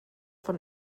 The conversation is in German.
von